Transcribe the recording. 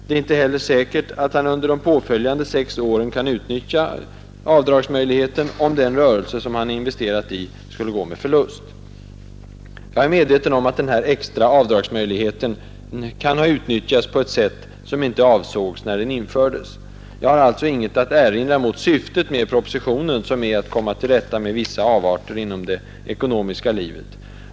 Det är inte heller säkert att han under de påföljande sex åren kan utnyttja avdragsmöjligheten, om den rörelse han investerat i skulle gå med förlust. Jag är medveten om att denna extra avdragsmöjlighet kan ha utnyttjats på ett sätt som inte avsågs när den infördes. Jag har alltså inget att erinra mot syftet med propositionen, som är att komma till rätta med vissa avarter inom det ekonomiska livet.